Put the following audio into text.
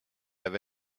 have